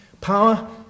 Power